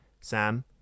sam